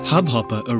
Hubhopper